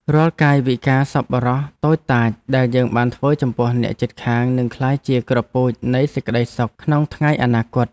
រាល់កាយវិការសប្បុរសតូចតាចដែលយើងបានធ្វើចំពោះអ្នកជិតខាងនឹងក្លាយជាគ្រាប់ពូជនៃសេចក្តីសុខក្នុងថ្ងៃអនាគត។